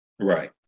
Right